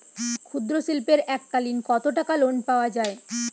ক্ষুদ্রশিল্পের এককালিন কতটাকা লোন পাওয়া য়ায়?